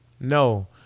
No